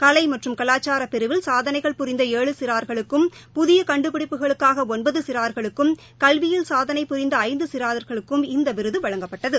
கலை மற்றும் கலாச்சுர பிரிவில் சாதனைகள் புரிந்த ஏழு சிறார்களுக்கும் புதிய கண்டுபிடிப்புகளுக்காக ஒன்பது சிறார்களுக்கும் கல்வியில் சாதனை புரிந்த ஐந்து சிறார்களுக்கும் இந்த விருது வழங்கப்பட்டது